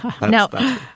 Now